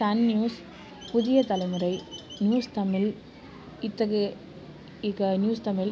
Sun news Puthiyathalaimurai news Tamil இத்தகைய இக news Tamil